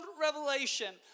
revelation